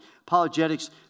Apologetics